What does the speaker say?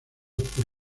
por